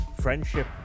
friendship